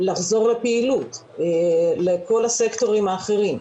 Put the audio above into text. לחזור לפעילות, לכל הסקטורים האחרים,